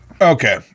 Okay